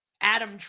Adam